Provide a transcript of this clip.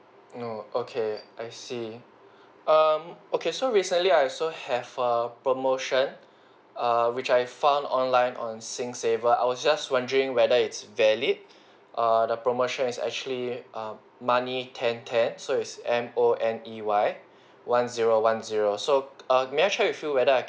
no okay I see um okay so recently I also have err promotion err which I found online on SingSaver I was just wondering whether it's valid err the promotion is actually um money ten ten so it's M O N E Y one zero one zero so err may I check with you whether